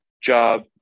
job